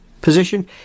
position